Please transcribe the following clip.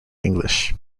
english